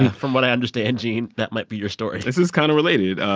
from what i understand, gene, that might be your story this is kind of related.